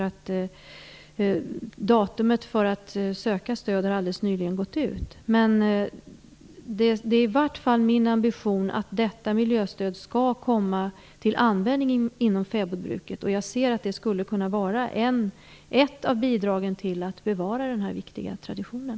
Tiden för att söka stöd har nämligen alldeles nyligen gått ut. Men det är i varje fall min ambition att detta miljöstöd skall komma till användning inom fäbodbruket. Jag ser att det skulle kunna vara ett av bidragen för att bevara den här viktiga traditionen.